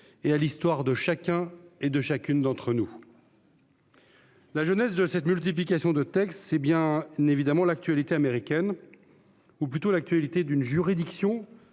et à l'histoire de chacun et chacune d'entre nous. La genèse de cette multiplication de textes, c'est bien évidemment l'actualité américaine ou plutôt l'actualité d'une juridiction,